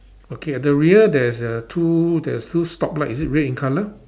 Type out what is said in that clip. okay at the rear there's a two spotlight is it red in colour